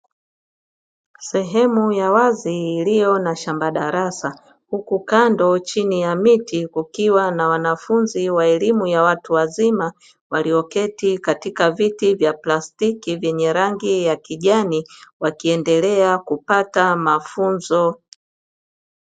Sehemu ya wazi iliyo na shamba darasa, huku kando chini ya miti kukiwa na wanafunzi wa elimu ya watu wazima walioketi katika viti vya plastiki vyenye rangi ya kijani, wakiendelea kupata mafunzo.